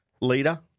leader